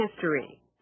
history